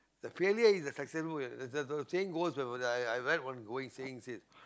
the failure is a success the saying goes where I I I read one going saying said